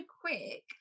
quick